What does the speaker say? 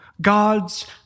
God's